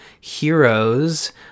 heroes